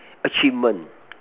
achievement